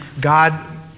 God